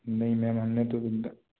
नहीं मैम हम ने तो गंदा